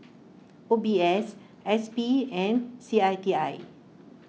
O B S S P and C I T I